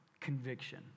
conviction